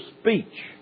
speech